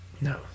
No